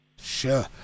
Sure